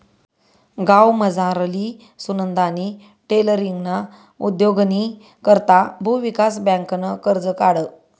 गावमझारली सुनंदानी टेलरींगना उद्योगनी करता भुविकास बँकनं कर्ज काढं